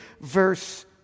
verse